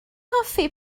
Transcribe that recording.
hoffi